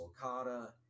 sulcata